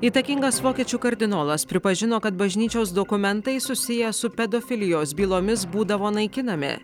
įtakingas vokiečių kardinolas pripažino kad bažnyčios dokumentai susiję su pedofilijos bylomis būdavo naikinami